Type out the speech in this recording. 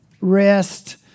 Rest